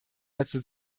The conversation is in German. dazu